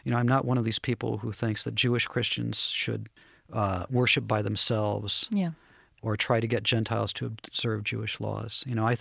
you know i'm not one of these people who thinks that jewish christians should worship by themselves yeah or try to get gentiles to observe jewish laws. you know,